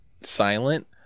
silent